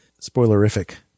Spoilerific